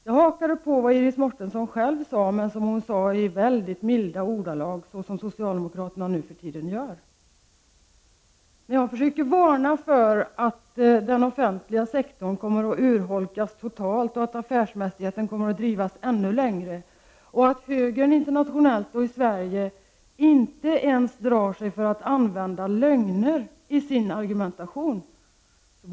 Jag hakade på vad Iris Mårtensson själv sade i de mycket milda ordalag som socialdemokraterna nu för tiden använder. Jag försökte varna för att den offentliga sektorn kommer att urholkas totalt och för att affärsmässigheten kommer att drivas ännu längre och för att högern utomlands och i Sverige inte ens drar sig för att använda lögner i sin argumentation.